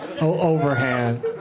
Overhand